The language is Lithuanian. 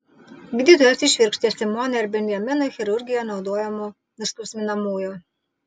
gydytojas įšvirkštė simonai ir benjaminui chirurgijoje naudojamų nuskausminamųjų